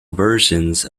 versions